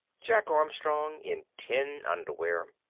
jack armstrong in tin underwear.